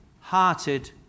hearted